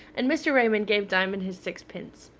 and mr. raymond gave diamond his sixpence.